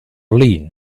lee